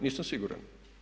Nisam siguran.